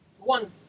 One